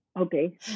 Okay